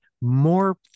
more